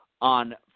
on